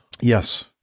Yes